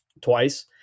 twice